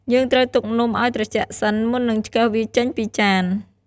យើងត្រូវទុកនំឲ្យត្រជាក់សិន មុននឹងឆ្កឹះវាចេញពីចាន។